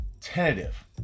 Tentative